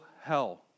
hell